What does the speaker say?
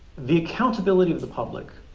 the accountability of the public,